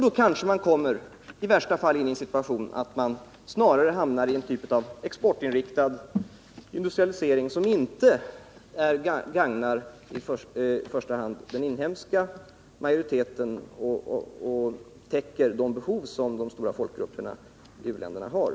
I värsta fall kommer man därvid i en sådan situation att man snarare hamnar i en typ av exportinriktad industrialisering som inte gagnar i första hand den inhemska majoriteten och inte täcker de behov som de stora folkgrupperna i u-länderna har.